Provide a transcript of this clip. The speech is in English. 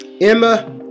Emma